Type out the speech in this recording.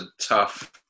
tough –